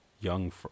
young